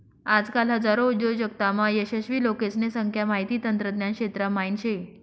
आजकाल हजारो उद्योजकतामा यशस्वी लोकेसने संख्या माहिती तंत्रज्ञान क्षेत्रा म्हाईन शे